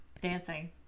dancing